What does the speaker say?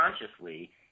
consciously